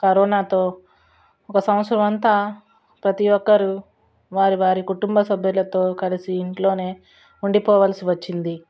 కరోనాతో ఒక సంవత్సరం అంతా ప్రతి ఒక్కరు వారి వారి కుటుంబ సభ్యులతో కలిసి ఇంట్లోనే ఉండిపోవాల్సి వచ్చింది